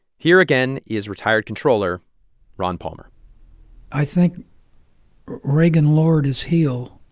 here again is retired controller ron palmer i think reagan lowered his heel.